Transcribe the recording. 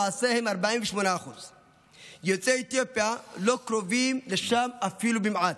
היא למעשה 48%. יוצאי אתיופיה לא קרובים לשם אפילו במעט.